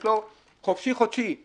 יש לו חופשי חודשי,